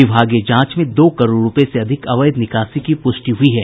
विभागीय जांच में दो करोड़ रुपये से अधिक अवैध निकासी की पुष्टि हुई है